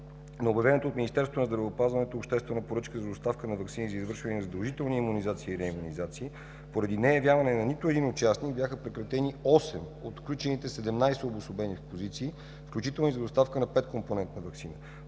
на обявената от Министерството на здравеопазването обществена поръчка за доставка на ваксини за извършване на задължителни имунизации и реимунизации поради неявяване на нито един участник бяха прекратени осем от включените 17 обособени позиции, включително и за доставка на петкомпонентна ваксина.